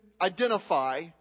identify